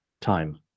time